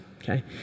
okay